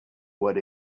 what